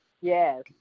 yes